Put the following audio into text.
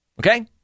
Okay